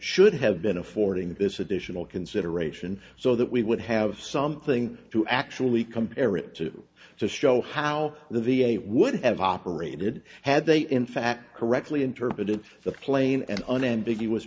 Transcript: should have been affording this additional consideration so that we would have something to actually compare it to to show how the v a would have operated had they in fact correctly interpreted the plain and unambiguous